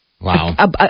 wow